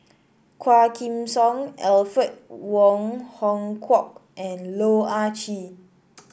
Quah Kim Song Alfred Wong Hong Kwok and Loh Ah Chee